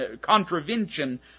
contravention